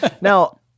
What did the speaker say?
Now